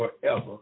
forever